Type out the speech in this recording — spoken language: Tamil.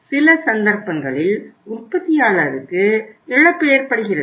சில சந்தர்ப்பங்களில் உற்பத்தியாளருக்கு இழப்பு ஏற்படுகிறது